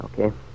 Okay